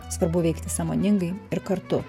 svarbu veikti sąmoningai ir kartu